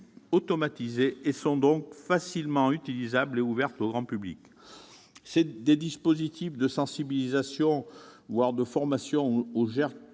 automatisée et sont donc facilement utilisables -, est ouverte au grand public. Des dispositifs de sensibilisation, voire de formation aux